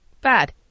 bad